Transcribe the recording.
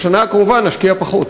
בשנה הקרובה נשקיע פחות.